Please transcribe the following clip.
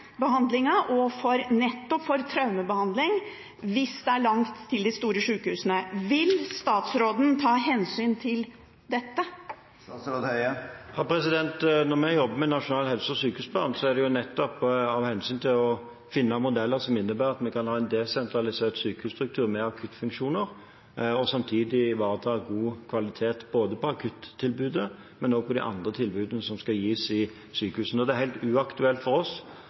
og nettopp for traumebehandling, hvis det er langt til de store sjukehusene. Vil statsråden ta hensyn til dette? Når vi jobber med nasjonal helse- og sykehusplan, er det nettopp av hensyn til å finne modeller som innebærer at vi kan ha en desentralisert sykehusstruktur med akuttfunksjoner, og samtidig ivareta god kvalitet både på akuttilbudet og på de andre tilbudene som skal gis i sykehusene. Det er helt uaktuelt for oss